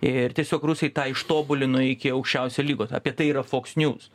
ir tiesiog rusai tą ištobulino iki aukščiausio lygo tai apie tai yra foks nius